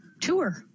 tour